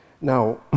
Now